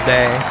day